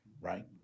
right